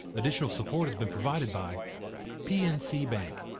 additional support has been provided by pnc bank.